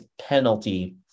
penalty